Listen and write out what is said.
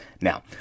Now